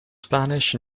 spanish